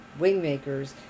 wingmakers